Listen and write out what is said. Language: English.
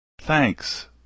Thanks